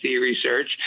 research